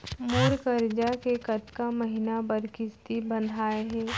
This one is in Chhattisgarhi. मोर करजा के कतका महीना बर किस्ती बंधाये हे?